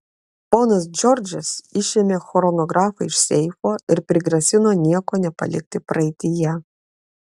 ponas džordžas išėmė chronografą iš seifo ir prigrasino nieko nepalikti praeityje